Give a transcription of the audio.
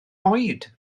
oed